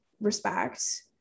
respect